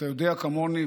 אתה יודע כמוני,